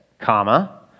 comma